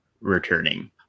returning